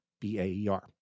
B-A-E-R